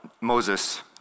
Moses